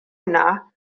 hwnna